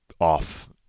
off